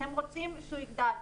אתם רוצים שהוא יגדל.